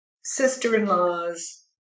sister-in-laws